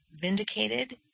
vindicated